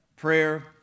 prayer